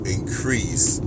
Increase